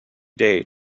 day